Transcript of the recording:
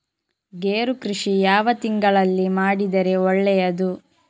ಗೇರು ಕೃಷಿ ಯಾವ ತಿಂಗಳಲ್ಲಿ ಮಾಡಿದರೆ ಒಳ್ಳೆಯದು?